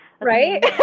Right